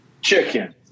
chicken